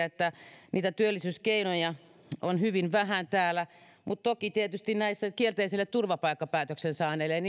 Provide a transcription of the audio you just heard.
että niitä työllisyyskeinoja on hyvin vähän täällä kun kuuntelin pääministeriä mutta toki tietysti näiden kielteisen turvapaikkapäätöksen saaneiden